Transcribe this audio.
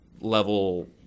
level